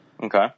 Okay